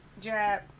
Jab